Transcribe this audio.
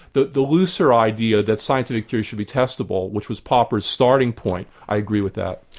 the the looser idea that scientific theories should be testable, which was popper's starting point, i agree with that.